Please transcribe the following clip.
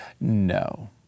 no